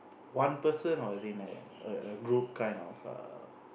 one person or is it in a a group kind of err